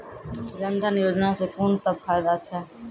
जनधन योजना सॅ कून सब फायदा छै?